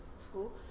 school